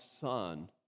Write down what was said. Son